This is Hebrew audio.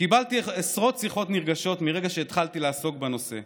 קיבלתי עשרות שיחות נרגשות מהרגע שהתחלתי לעסוק בנושא.